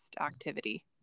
activity